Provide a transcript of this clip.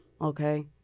okay